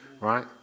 Right